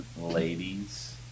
ladies